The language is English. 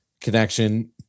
connection